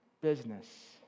business